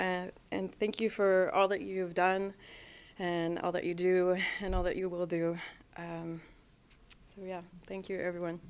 and thank you for all that you've done and all that you do and all that you will do so yeah thank you everyone